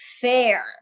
Fair